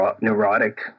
neurotic